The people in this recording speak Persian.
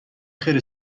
خیر